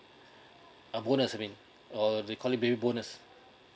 a bonus I mean uh they call it baby bonus